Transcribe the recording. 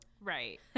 Right